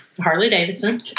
Harley-Davidson